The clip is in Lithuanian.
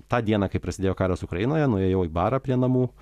tą dieną kai prasidėjo karas ukrainoje nuėjau į barą prie namų